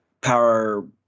power